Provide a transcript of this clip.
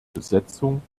besetzung